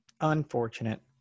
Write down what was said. unfortunate